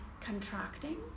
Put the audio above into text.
contracting